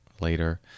later